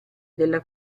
della